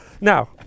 Now